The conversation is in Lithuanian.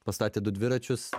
pastatė du dviračius